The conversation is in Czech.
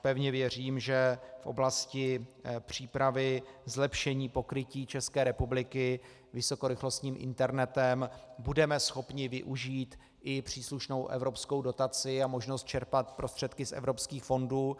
Pevně věřím, že v oblasti přípravy zlepšení pokrytí České republiky vysokorychlostním internetem budeme schopni využít i příslušnou evropskou dotaci a možnost čerpat prostředky z evropských fondů.